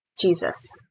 Jesus